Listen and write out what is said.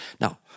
Now